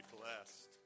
blessed